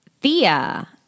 Thea